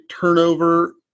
turnover